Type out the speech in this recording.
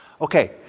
Okay